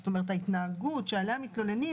זאת אומרת, ההתנהגות שעליה מתלוננים